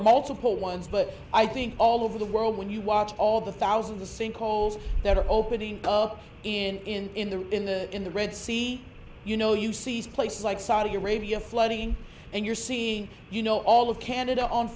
multiple ones but i think all over the world when you watch all the thousand the same calls that are opening up in the in the in the red sea you know you see these places like saudi arabia flooding and you're seeing you know all of canada on